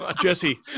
Jesse